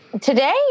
Today